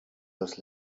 das